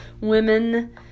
women